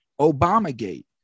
Obamagate